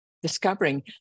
Discovering